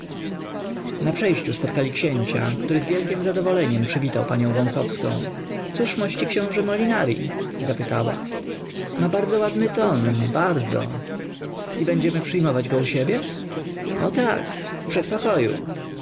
na przejściu spotkali księcia który z wielkiem zadowoleniem przywitał panią wąsowską cóż mości książe molinari zapytała ma bardzo ładny ton bardzo i będziemy przyjmować go u siebie o tak w przedpokoju